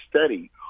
steady